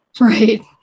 Right